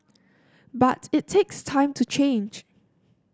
but it takes time to change